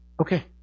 Okay